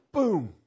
Boom